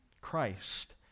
Christ